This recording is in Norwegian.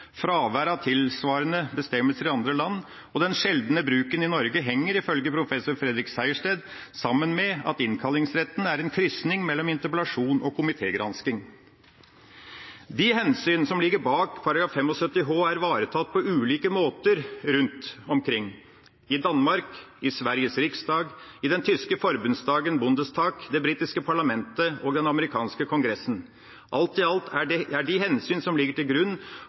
Fravær av tilsvarende bestemmelser i andre land og den sjeldne bruken i Norge henger, ifølge professor Fredrik Sejersted, sammen med at innkallingsretten er en krysning mellom interpellasjon og komitégransking. De hensyn som ligger bak § 75 h, er ivaretatt på ulike måter rundt omkring – i Danmark, i Sveriges riksdag, i den tyske forbundsdagen Bundestag, det britiske parlamentet og den amerikanske kongressen. Alt i alt er de hensyn som ligger til grunn